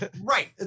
Right